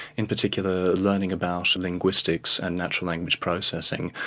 in particular learning about linguistics and natural language processing,